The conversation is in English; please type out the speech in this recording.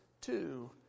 two